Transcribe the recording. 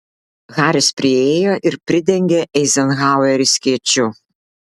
haris priėjo ir pridengė eizenhauerį skėčiu